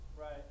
Right